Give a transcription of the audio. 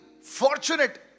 Fortunate